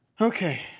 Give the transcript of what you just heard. Okay